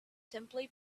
simply